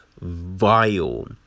vile